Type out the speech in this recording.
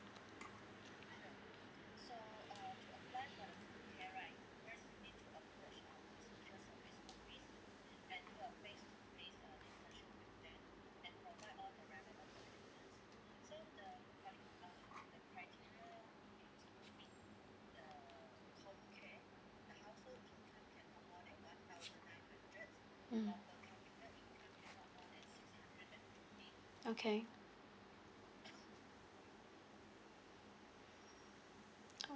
mm okay